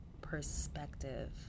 perspective